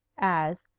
as,